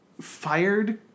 fired